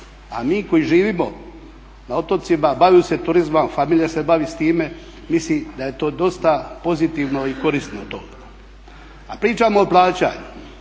A mi koji živimo na otocima, bavimo se turizmom, familija se bavi s time, mislim da je to dosta pozitivno i korisno …/Govornik